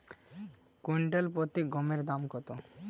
Quintal প্রতি গমের দাম কত?